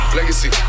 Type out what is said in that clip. Legacy